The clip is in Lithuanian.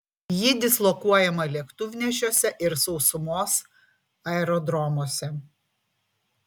ji dislokuojama lėktuvnešiuose ir sausumos aerodromuose